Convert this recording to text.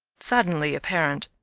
suddenly apparent,